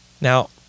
Now